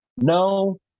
No